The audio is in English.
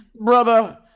brother